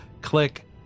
click-